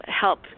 help